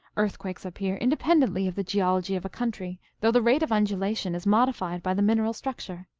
earthquakes appear independently of the geology of a country, though the rate of undulation is modified by the mineral structure.